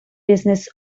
business